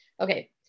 Okay